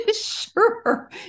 Sure